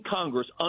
Congress